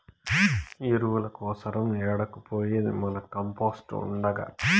ఎరువుల కోసరం ఏడకు పోయేది మన కంపోస్ట్ ఉండగా